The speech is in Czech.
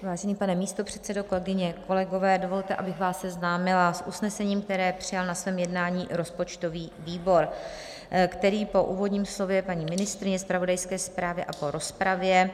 Vážený pane místopředsedo, kolegyně, kolegové, dovolte, abych vás seznámila s usnesením, které přijal na svém jednání rozpočtový výbor, který po úvodním slově paní ministryně, zpravodajské zprávě a po rozpravě